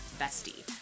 Bestie